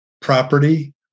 property